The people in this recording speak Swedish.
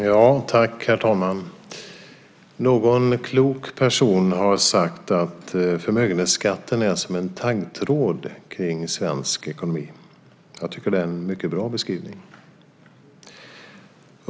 Herr talman! Någon klok person har sagt att förmögenhetsskatten är som en taggtråd kring svensk ekonomi. Jag tycker att det är en mycket bra beskrivning.